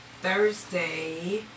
Thursday